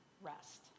rest